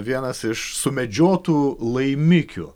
vienas iš sumedžiotų laimikių